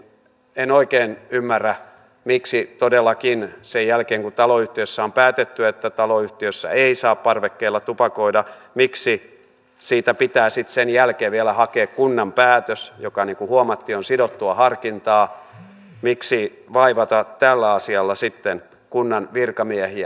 en oikein ymmärrä miksi todellakin sen jälkeen kun taloyhtiössä on päätetty että taloyhtiössä ei saa parvekkeella tupakoida siitä pitää sitten vielä hakea kunnan päätös joka niin kuin huomattiin on sidottua harkintaa miksi vaivata tällä asiassa sitten kunnan virkamiehiä